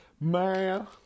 man